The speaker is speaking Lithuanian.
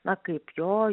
na kaip jo